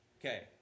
Okay